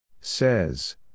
Says